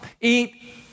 Eat